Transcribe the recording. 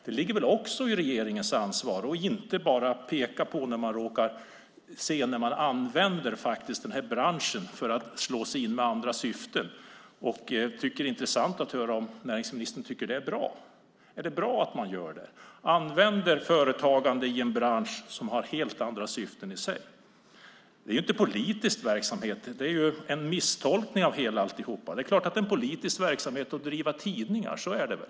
Det ligger väl också i regeringens ansvar och inte bara att peka på när man råkar använda denna bransch för att slå sig in med andra syften? Det vore intressant att höra om näringsministern tycker att det är bra. Är det bra att man använder företagande i en bransch som har helt andra syften? Det är inte politisk verksamhet; det är en misstolkning av alltihop. Självklart är det en politisk verksamhet att driva tidningar.